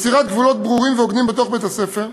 יצירת גבולות ברורים והוגנים בתוך בית-הספר,